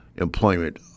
employment